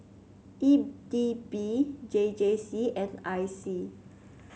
E D B J J C and I C